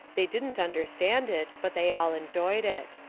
they didn't understand it, but they all enjoyed it.